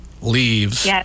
leaves